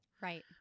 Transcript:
Right